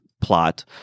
plot